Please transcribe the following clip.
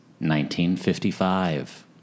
1955